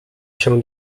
się